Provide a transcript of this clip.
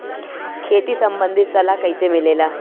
खेती संबंधित सलाह कैसे मिलेला?